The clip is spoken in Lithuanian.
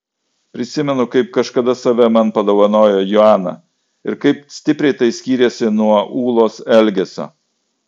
prisimenu kaip kažkada save man padovanojo joana ir kaip stipriai tai skyrėsi nuo ūlos elgesio